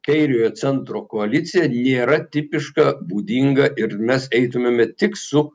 kairiojo centro koalicija nėra tipiška būdinga ir mes eitumėme tik su